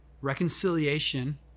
reconciliation